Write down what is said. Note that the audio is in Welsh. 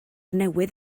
newydd